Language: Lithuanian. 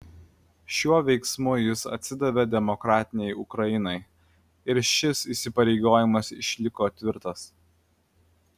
šiuo veiksmu jis atsidavė demokratinei ukrainai ir šis įsipareigojimas išliko tvirtas